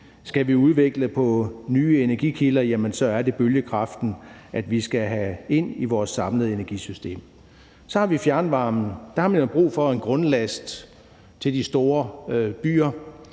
Skal vi udvikle på nye energikilder, jamen så er det bølgekraften, vi skal have ind i vores samlede energisystem. Så har vi fjernvarmen. Der har man jo brug for en grundlast til de store byer,